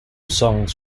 songs